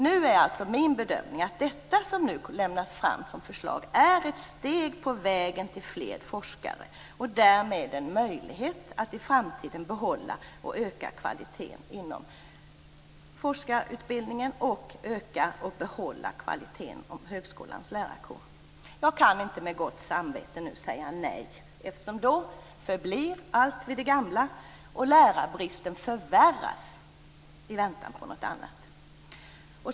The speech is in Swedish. Nu är alltså min bedömning att det som i dag läggs fram som förslag är ett steg på vägen mot fler forskare och därmed en möjlighet att i framtiden behålla och öka kvaliteten inom forskarutbildningen och att behålla och öka kvaliteten inom högskolans lärarkår. Jag kan inte med gott samvete nu säga nej, eftersom allt då förblir vid det gamla, och lärarbristen förvärras i väntan på något annat.